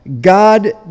God